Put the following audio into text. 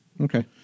Okay